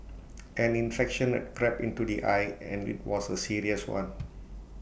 an infection had crept into the eye and IT was A serious one